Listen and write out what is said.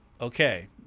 Okay